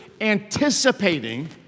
anticipating